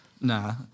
Nah